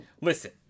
Listen